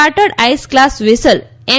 chartered ice class vessel M